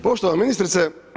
Poštovana ministrice.